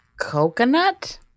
Coconut